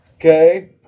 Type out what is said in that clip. Okay